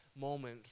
moment